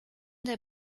der